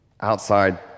Outside